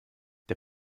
der